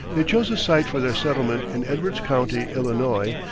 they chose a site for their settlement in edwards county, illinois,